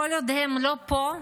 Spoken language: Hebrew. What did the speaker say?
כל עוד הם לא פה,